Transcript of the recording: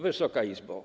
Wysoka Izbo!